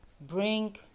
bring